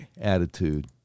attitude